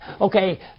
Okay